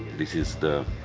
this the